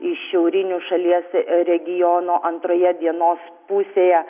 iš šiaurinių šalies regionų antroje dienos pusėje